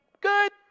Good